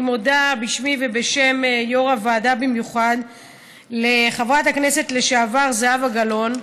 אני מודה בשמי ובשם יו"ר הוועדה במיוחד לחברת הכנסת לשעבר זהבה גלאון,